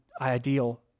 ideal